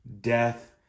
death